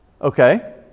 okay